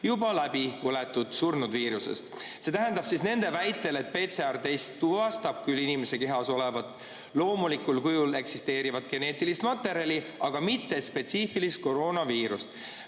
juba läbi põetud surnud viirusest. See tähendab siis nende väitel, et PCR-test tuvastab küll inimese kehas olevat loomulikul kujul eksisteerivat geneetilist materjali, aga mitte spetsiifilist koroonaviirust.